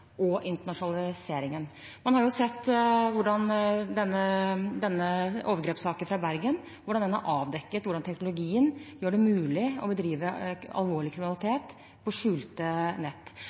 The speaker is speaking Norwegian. og internasjonaliseringen. Man har jo sett hvordan overgrepssaken i Bergen ble avdekket, og hvordan teknologien gjør det mulig å bedrive alvorlig kriminalitet på skjulte nett.